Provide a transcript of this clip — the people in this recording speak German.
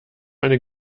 eine